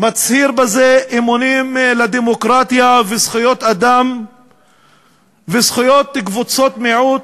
מצהיר בזה אמונים לדמוקרטיה וזכויות אדם וזכויות קבוצות מיעוט,